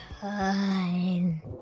time